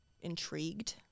intrigued